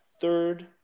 third